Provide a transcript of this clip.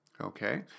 Okay